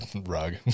rug